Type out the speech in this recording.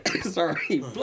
Sorry